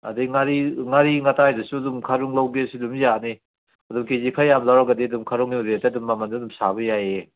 ꯑꯗꯩ ꯉꯥꯔꯤ ꯉꯥꯔꯤ ꯉꯇꯥꯏꯗꯁꯨ ꯑꯗꯨꯝ ꯈꯔꯨꯡ ꯂꯧꯒꯦꯁꯨ ꯑꯗꯨꯝ ꯌꯥꯅꯤ ꯑꯗꯨ ꯀꯦꯖꯤ ꯈꯔꯌꯥꯝ ꯂꯧꯔꯒꯗꯤ ꯑꯗꯨꯝ ꯈꯔꯨꯡꯗꯣ ꯔꯦꯠꯇ ꯑꯗꯨꯝ ꯃꯃꯟꯗꯨ ꯑꯗꯨꯝ ꯁꯥꯕ ꯌꯥꯏꯌꯦ